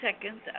seconds